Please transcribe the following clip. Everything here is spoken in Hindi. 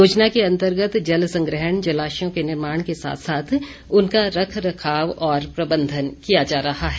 योजना के अंतर्गत जल संग्रहण जलाशयों के निर्माण के साथ साथ उनका रख रखाव और प्रबंधन किया जा रहा है